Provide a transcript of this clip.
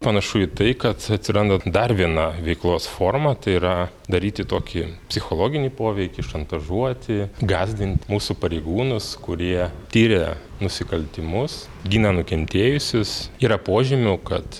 panašu į tai kad atsiranda dar viena veiklos forma tai yra daryti tokį psichologinį poveikį šantažuoti gąsdint mūsų pareigūnus kurie tiria nusikaltimus gina nukentėjusius yra požymių kad